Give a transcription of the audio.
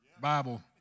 Bible